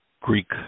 Greek